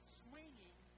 swinging